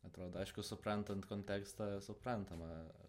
atrodo aišku suprantant kontekstą suprantama